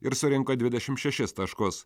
ir surinko dvidešim šešis taškus